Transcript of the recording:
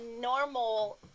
normal